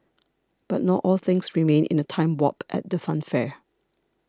but not all things remain in a time warp at the funfair